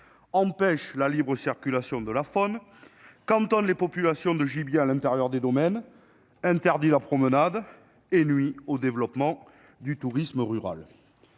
empêche la libre circulation de la faune, cantonne les populations de gibier à l'intérieur des domaines, interdit la promenade et nuit au développement du tourisme rural.